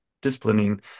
disciplining